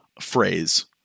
phrase